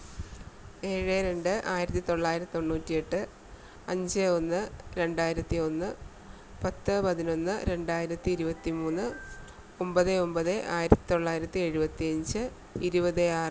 ഏഴ് രണ്ട് ആയിരത്തിത്തൊള്ളായിരത്തി തൊണ്ണൂറ്റിയെട്ട് അഞ്ച് ഒന്ന് രണ്ടായിരത്തിയൊന്ന് പത്ത് പതിനൊന്ന് രണ്ടായിരത്തി ഇരുപത്തിമൂന്ന് ഒമ്പത് ഒമ്പത് ആയിരത്തൊള്ളായിരത്തി എഴുപത്തി അഞ്ച് ഇരുപത് ആറ് രണ്ടായിരം